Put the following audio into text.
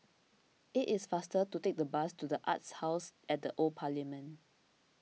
it is faster to take the bus to the Arts House at the Old Parliament